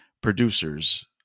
producers